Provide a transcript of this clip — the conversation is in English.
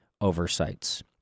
oversights